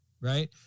right